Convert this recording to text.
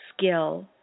skill